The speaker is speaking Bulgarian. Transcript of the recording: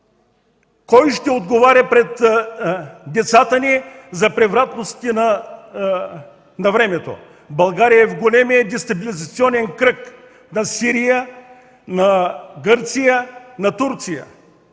Кой ще отговаря пред децата ни за превратностите на времето? България е в големия дестабилизационен кръг на Сирия, Гърция и Турция!